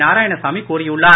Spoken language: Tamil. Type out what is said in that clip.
நாராயணசாமி கூறியுள்ளார்